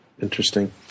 Interesting